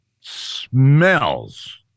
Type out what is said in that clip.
smells